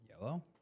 Yellow